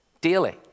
daily